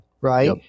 right